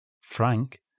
frank